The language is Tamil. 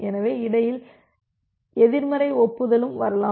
எனவே இடையில் எதிர்மறை ஒப்புதலும் வரலாம்